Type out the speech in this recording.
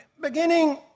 Beginning